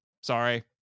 Sorry